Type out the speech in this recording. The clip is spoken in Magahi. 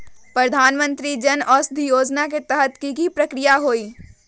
प्रधानमंत्री जन औषधि योजना के तहत की की प्रक्रिया होई?